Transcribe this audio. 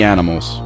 Animals